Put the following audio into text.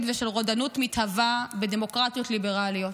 ושל רודנות מתהווה בדמוקרטיות ליברליות.